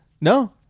No